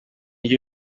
byo